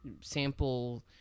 sample